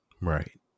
right